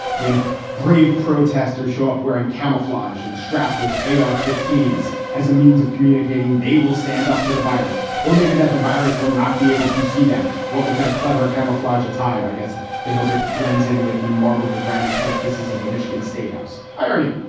when brave protesters show up wearing camouflage and strapped with a r. fifteen s as a means of communicating, they will stand up to the virus. or maybe that the virus will not be able to see them. what with their clever camouflage attire, i guess if they hope it blends in with the marble and granite edifices of the michigan state house. irony.